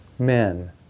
Men